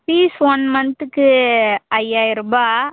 fees one மன்த்துக்கு ஐயாயிரம் ரூபா